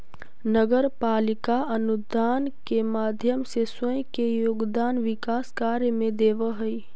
नगर पालिका अनुदान के माध्यम से स्वयं के योगदान विकास कार्य में देवऽ हई